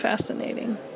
fascinating